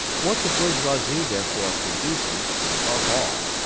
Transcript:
what the bourgeoisie, therefore, produces, above all,